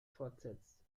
fortsetzt